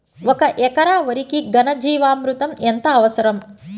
ఒక ఎకరా వరికి ఘన జీవామృతం ఎంత అవసరం?